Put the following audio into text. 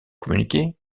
communiqués